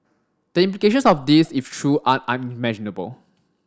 the implications of this if true are unimaginable